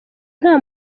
nta